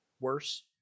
worse